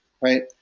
right